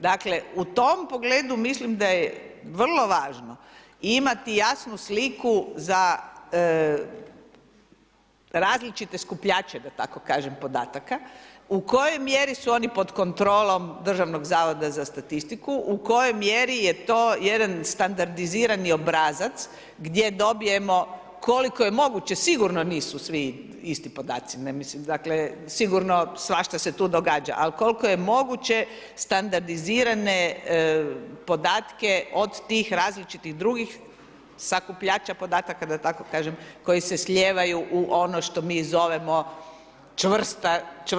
Dakle, u tom pogledu mislim da je vrlo važno imati jasnu sliku za različite skupljače da tako ta kažem, podataka, u kojoj mjeri su oni pod kontrolom Državnog zavoda za statistiku, u kojoj mjeri je to jedan standardizirani obrazac gdje dobijemo koliko je moguće, sigurno nisu svi podaci, sigurno svašta se tu događa ali koliko je moguće standardizirane podatke od tih različitih drugih sakupljača podataka, da tako kažem, koji se slijevaju ono što mi zovemo čvrste činjenice.